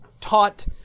taught